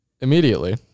immediately